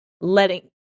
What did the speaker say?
letting